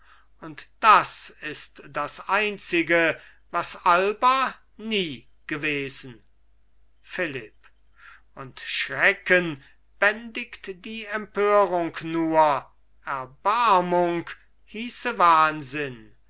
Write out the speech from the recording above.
und das ist das einzige was alba nie gewesen philipp und schrecken bändigt die empörung nur erbarmung hieße wahnsinn